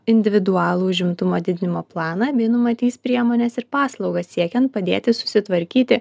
individualų užimtumo didinimo planą bei numatys priemones ir paslaugas siekiant padėti susitvarkyti